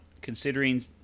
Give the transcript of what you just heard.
considering